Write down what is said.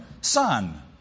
son